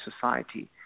society